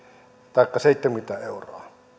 taikka seitsemänkymmentä euroa